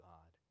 God